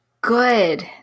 good